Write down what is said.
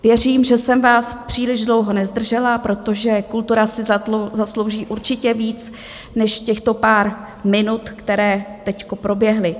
Věřím, že jsem vás příliš dlouho nezdržela, protože kultura si zaslouží určitě víc než těchto pár minut, které teď proběhly.